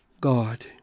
God